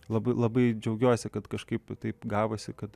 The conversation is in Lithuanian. labai labai džiaugiuosi kad kažkaip taip gavosi kad